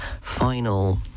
final